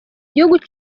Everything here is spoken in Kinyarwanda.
igihugu